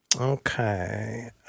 Okay